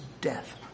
death